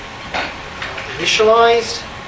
initialized